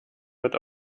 wird